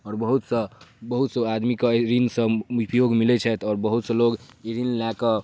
आओर बहुत सब बहुत सब आदमीके एहि ऋण सऽ उपयोगमे लैछैथि आओर बहुत सा लोक ई ऋण लै कऽ